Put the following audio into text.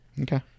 Okay